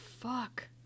fuck